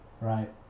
right